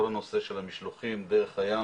כל הנושא של המשלוחים דרך הים